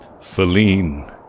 Feline